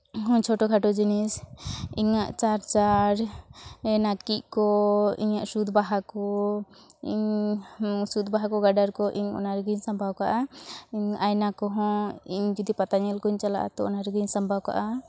ᱪᱷᱳᱴᱳ ᱠᱷᱟᱴᱳ ᱡᱤᱱᱤᱥ ᱤᱧᱟᱹᱜ ᱪᱟᱨᱡᱟᱨ ᱱᱟᱹᱠᱤᱡ ᱠᱚ ᱤᱧᱟᱹᱜ ᱥᱩᱫᱽ ᱵᱟᱦᱟ ᱠᱚ ᱤᱧ ᱥᱩᱫᱽ ᱵᱟᱦᱟ ᱠᱚ ᱜᱟᱰᱟᱨ ᱠᱚ ᱤᱧ ᱚᱱᱟ ᱨᱮᱜᱤᱧ ᱥᱟᱢᱵᱟᱣ ᱠᱟᱜᱼᱟ ᱟᱭᱱᱟ ᱠᱚᱦᱚᱸ ᱤᱧ ᱡᱩᱫᱤ ᱯᱟᱛᱟ ᱧᱮᱞ ᱠᱚᱧ ᱪᱟᱞᱟᱜᱼᱟ ᱛᱚ ᱚᱱᱟ ᱨᱮᱜᱤᱧ ᱥᱟᱢᱵᱟᱣ ᱠᱟᱜᱼᱟ